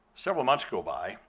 several months go by,